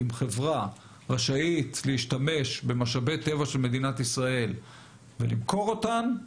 אם חברה רשאית להשתמש במשאבי טבע של מדינת ישראל ולמכור אותם,